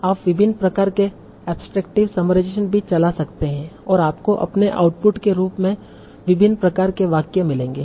आप विभिन्न प्रकार के एब्सट्रैक्टटिव समराइजेशन भी चला सकते हैं और आपको अपने आउटपुट के रूप में विभिन्न प्रकार के वाक्य मिलेंगे